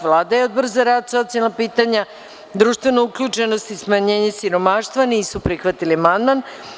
Vlada i Odbor za rad, socijalna pitanja, društvenu uključenost i smanjenje siromaštva nisu prihvatili amandman.